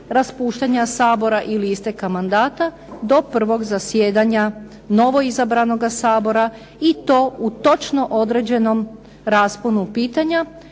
raspuštanja Sabora ili isteka mandata do prvog zasjedanja novo izabranoga Sabora i to u točno određenom rasponu pitanja,